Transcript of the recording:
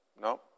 No